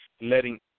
letting